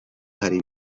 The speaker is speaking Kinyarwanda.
hari